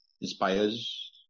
inspires